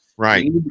Right